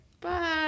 Bye